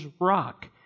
rock